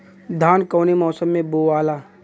धान कौने मौसम मे बोआला?